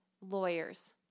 lawyers